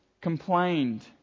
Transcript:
complained